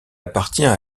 appartient